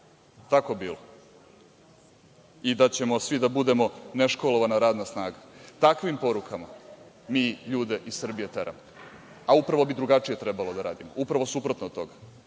tako bilo? I da ćemo svi da budemo neškolovana radna snaga. Takvim porukama mi ljude iz Srbije teramo, a upravo bi drugačije trebalo da radimo, upravo suprotno od